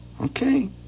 Okay